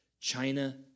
China